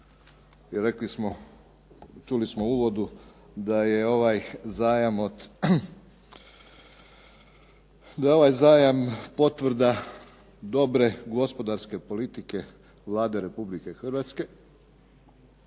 zajam od, da je ovaj zajam potvrda dobre gospodarske politike Vlade RH. Ako je